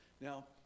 Now